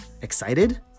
excited